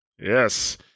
Yes